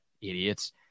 Idiots